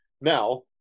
Now